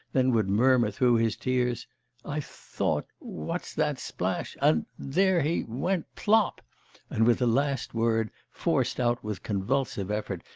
then would murmur through his tears i thought what's that splash and there he went plop and with the last word, forced out with convulsive effort,